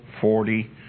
forty